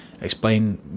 explain